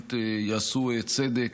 שבאמת יעשו צדק